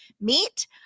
Meet